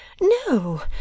No